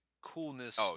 coolness